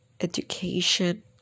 education